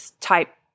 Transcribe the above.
type